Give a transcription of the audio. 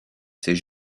c’est